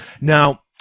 Now